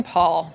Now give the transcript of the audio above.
Paul